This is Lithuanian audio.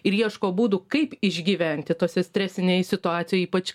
ir ieško būdų kaip išgyventi tose stresinėj situacijoj ypač